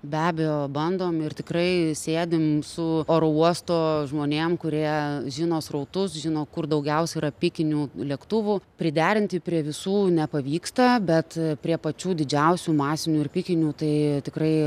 be abejo bandom ir tikrai sėdim su oro uosto žmonėm kurie žino srautus žino kur daugiausiai yra pikinių lėktuvų priderinti prie visų nepavyksta bet prie pačių didžiausių masinių ir pikinių tai tikrai